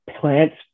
Plants